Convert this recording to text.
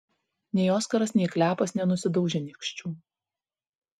nei oskaras nei klepas nenusidaužė nykščių